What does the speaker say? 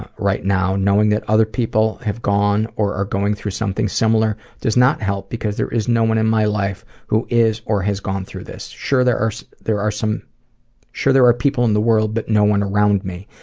ah right now. knowing that other people have gone or are going through something similar does not help because there is no one in my life who is or has gone through this. sure, there so are some sure, there are people in the world, but no one around me.